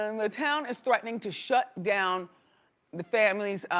and the town is threatening to shut down the family's